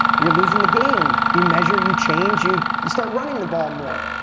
you're losing the game. you measure, you change, you you start running the ball more. a